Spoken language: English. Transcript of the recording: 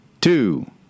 two